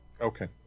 Okay